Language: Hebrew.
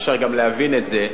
ואפשר גם להבין את זה.